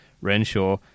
Renshaw